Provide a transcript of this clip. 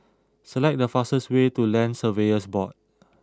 select the fastest way to Land Surveyors Board